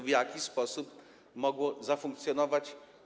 W jaki sposób mogło więc zafunkcjonować?